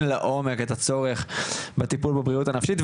לעומק את הצורך בטיפול בבריאות הנפשית,